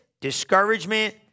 discouragement